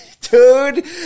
dude